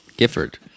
Gifford